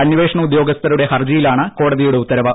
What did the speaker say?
അന്വേഷണ ഉദ്യോഗസ്ഥരുടെ ഹർജിയിലാണ് കോടതിയുടെ ഉത്തരവ്